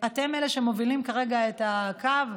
אתם אלה שמובילים כרגע את הקו,